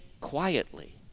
quietly